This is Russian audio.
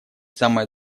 самая